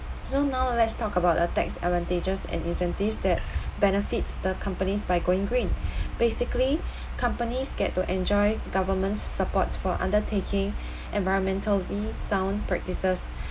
so now let's talk about the tax advantages and incentives that benefits the companies by going green basically companies get to enjoy government supports for undertaking environmentally sound practices